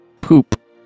Poop